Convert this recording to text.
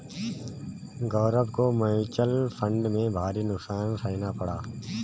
गौरव को mutual fund में भारी नुकसान सहना पड़ा